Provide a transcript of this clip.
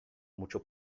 mucho